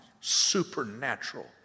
supernatural